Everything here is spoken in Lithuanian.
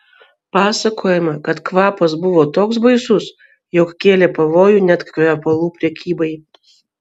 pasakojama kad kvapas buvo toks baisus jog kėlė pavojų net kvepalų prekybai